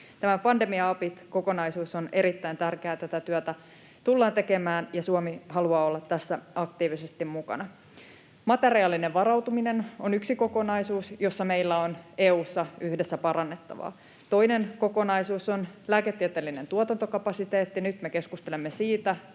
Tämä pandemiaopit-kokonaisuus on erittäin tärkeä, ja tätä työtä tullaan tekemään, ja Suomi haluaa olla tässä aktiivisesti mukana. Materiaalinen varautuminen on yksi kokonaisuus, jossa meillä on EU:ssa yhdessä parannettavaa. Toinen kokonaisuus on lääketieteellinen tuotantokapasiteetti. Nyt me keskustelemme siitä,